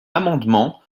amendement